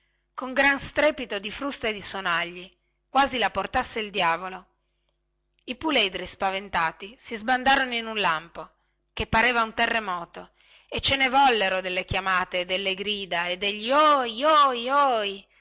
con gran strepito di frusta e di sonagli quasi la portasse il diavolo i puledri spaventati si sbandarono in un lampo che pareva un terremoto e ce ne vollero delle chiamate e delle grida e degli ohi ohi ohi